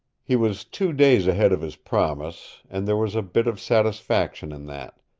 he was two days ahead of his promise, and there was a bit of satisfaction in that.